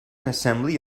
assembly